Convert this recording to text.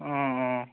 অঁ অঁ